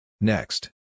Next